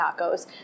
tacos